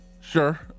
Sure